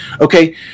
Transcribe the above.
okay